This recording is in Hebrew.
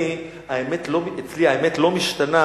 אני, אצלי האמת לא משתנה.